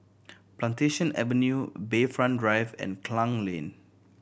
Plantation Avenue Bayfront Drive and Klang Lane